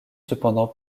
cependant